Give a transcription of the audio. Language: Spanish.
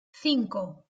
cinco